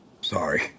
Sorry